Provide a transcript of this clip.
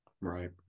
Right